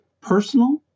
personal